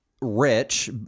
rich